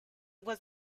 was